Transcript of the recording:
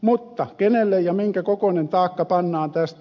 mutta kenelle ja minkä kokoinen taakka pannaan tästä